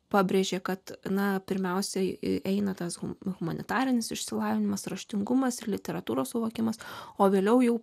pabrėžė kad na pirmiausiai eina tas humanitarinis išsilavinimas raštingumas ir literatūros suvokimas o vėliau jau